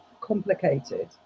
complicated